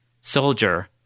soldier